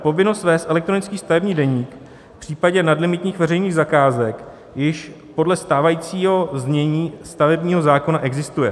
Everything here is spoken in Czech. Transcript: Povinnost vést elektronický stavební deník v případně nadlimitních veřejných zakázek již podle stávajícího znění stavebního zákona existuje.